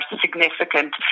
significant